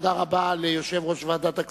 תודה רבה ליושב-ראש ועדת הכספים.